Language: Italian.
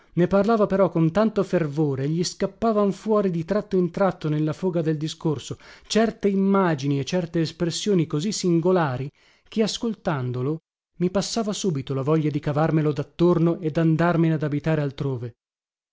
ne parlava però con tanto fervore e gli scappavan fuori di tratto in tratto nella foga del discorso certe immagini e certe espressioni così singolari che ascoltandolo mi passava subito la voglia di cavarmelo dattorno e dandarmene ad abitare altrove